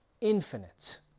infinite